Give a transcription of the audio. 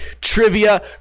trivia